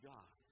God